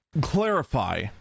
clarify